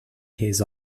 his